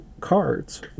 cards